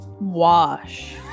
Wash